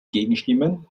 gegenstimmen